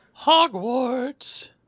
Hogwarts